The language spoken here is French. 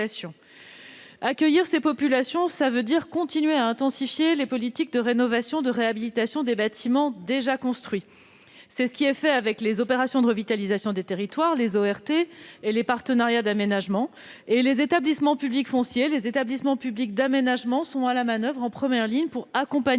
d'accueillir ces populations. Pour cela, il faut continuer à intensifier les politiques de rénovation et de réhabilitation des bâtiments déjà construits. C'est l'objectif des opérations de revitalisation des territoires (ORT) et des partenariats d'aménagement. Les établissements publics fonciers et les établissements publics d'aménagement sont à la manoeuvre, en première ligne, pour accompagner